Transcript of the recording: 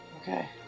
Okay